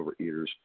overeaters